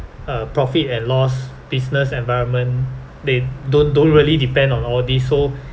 uh profit and loss business environment they don't don't really depend on all these so